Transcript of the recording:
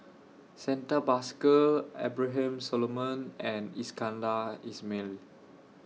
Santha Bhaskar Abraham Solomon and Iskandar Ismail